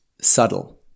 Subtle